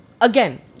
again